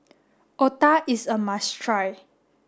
Otah is a must try